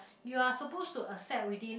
you are supposed to accept within